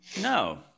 No